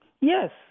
Yes